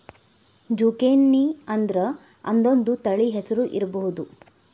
ಜುಕೇನಿಅಂದ್ರ ಅದೊಂದ ತಳಿ ಹೆಸರು ಇರ್ಬಹುದ